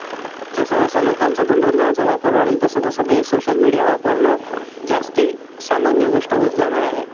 जसंजसं लोकांचं तंत्रज्ञानाचा वापर वाढेल तसंतसं ते सोशल मिडीया वापरणं जास्ती सामान्य गोष्ट होत जाणार आहे